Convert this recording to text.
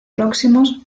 próximos